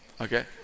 okay